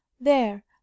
There